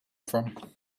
from